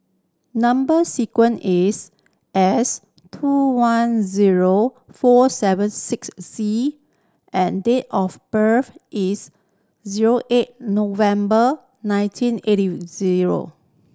number sequence is S two one zero four seven six C and date of birth is zero eight November nineteen eighty zero